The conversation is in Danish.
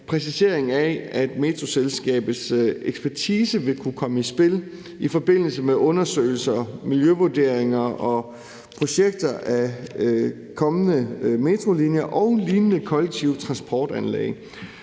præcisering af, at Metroselskabets ekspertise vil kunne komme i spil i forbindelse med undersøgelser, miljøvurderinger og projekter om kommende metrolinjer og lignende kollektive transportanlæg.